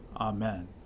Amen